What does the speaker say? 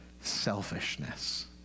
selfishness